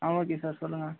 ஆ okay sir சொல்லுங்கள்